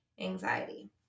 anxiety